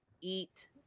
eat